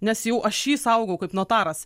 nes jau aš jį saugau kaip notaras